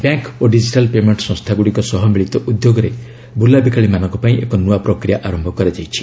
bank ଓ digital payment ସଂସ୍ଥାଗୁଡ଼ିକ ସହ ମିଳିତ ଉଦ୍ୟୋଗରେ ବୁଲାବିକାଳି ମାନଙ୍କ ପାଇଁ ଏକ ନୂଆ ପ୍ରକ୍ରିୟା ଆରମ୍ଭ କରାଯାଇଛି